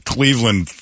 Cleveland